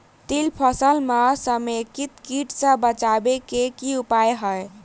तिल फसल म समेकित कीट सँ बचाबै केँ की उपाय हय?